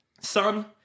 son